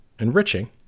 enriching